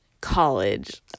college